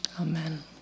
Amen